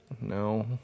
No